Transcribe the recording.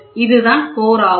இதுதான் கோர் ஆகும்